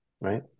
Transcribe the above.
Right